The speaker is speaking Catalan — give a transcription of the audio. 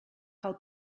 cal